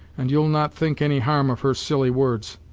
and you'll not think any harm of her silly words.